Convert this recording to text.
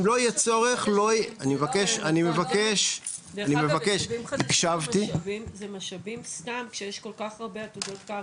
יישובים חדשים זה משאבים סתם כשיש כל כך הרבה עתודות קרקע,